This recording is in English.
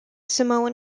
samoan